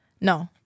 No